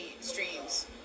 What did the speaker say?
streams